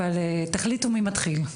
אבל תחליטו מי מתחיל.